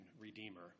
redeemer